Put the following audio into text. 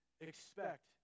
expect